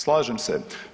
Slažem se.